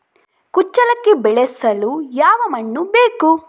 ಕುಚ್ಚಲಕ್ಕಿ ಬೆಳೆಸಲು ಯಾವ ಮಣ್ಣು ಬೇಕು?